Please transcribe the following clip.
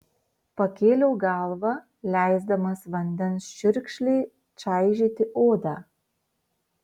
pakėliau galvą leisdamas vandens čiurkšlei čaižyti odą